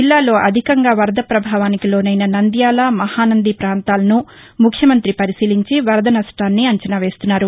జిల్లాలో అధికంగా వరద పభావానికి లోనైన నంద్యాల మహానంది ప్రాంతాలను ముఖ్యమంత్రి పరిశీలించి వరద సష్టాన్ని అంచనా వేస్తున్నారు